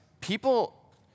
people